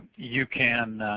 you can